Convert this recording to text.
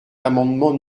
l’amendement